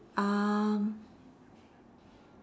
um